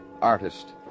artist